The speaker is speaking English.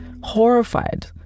horrified